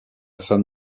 femme